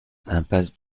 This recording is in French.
impasse